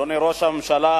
אדוני ראש הממשלה